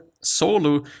solo